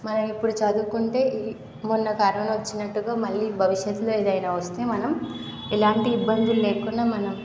మనం ఇప్పుడు చదువుకుంటే మొన్న కరోనా వచ్చినట్టుగా మళ్ళీ భవిష్యత్తులో ఏదైనా వస్తే మనం ఎలాంటి ఇబ్బందులు లేకుండా మనం